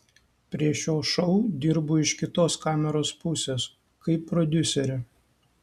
prie šio šou dirbu iš kitos kameros pusės kaip prodiuserė